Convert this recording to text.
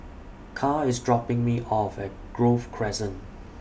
Karl IS dropping Me off At Grove Crescent